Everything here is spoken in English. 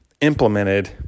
implemented